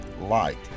light